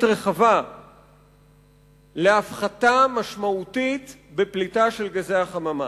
רחבה להפחתה משמעותית בפליטה של גזי החממה.